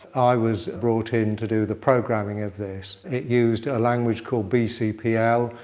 i was brought in to do the programming of this, it used a language called bcpl.